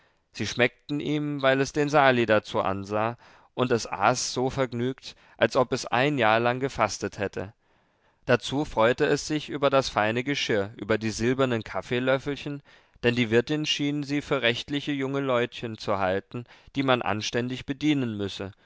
sie schmeckten ihm weil es den sali dazu ansah und es aß so vergnügt als ob es ein jahr lang gefastet hätte dazu freute es sich über das feine geschirr über die silbernen kaffeelöffelchen denn die wirtin schien sie für rechtliche junge leutchen zu halten die man anständig bedienen müsse